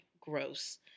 gross